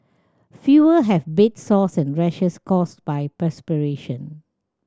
fewer have bed sores and rashes caused by perspiration